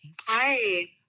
Hi